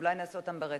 אולי נעשה אותן ברצף.